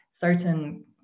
certain